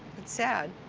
it's sad.